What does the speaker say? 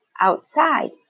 outside